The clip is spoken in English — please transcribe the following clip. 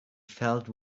felt